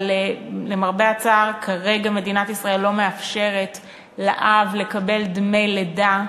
אבל למרבה הצער כרגע מדינת ישראל לא מאפשרת לאב לקבל דמי לידה.